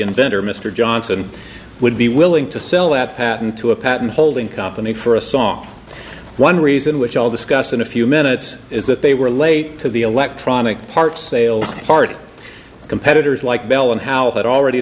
inventor mr johnson would be willing to sell that patent to a patent holding company for a song one reason which i'll discuss in a few minutes is that they were late to the electronic parts sales part competitors like bell and howell had already